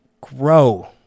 grow